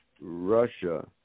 Russia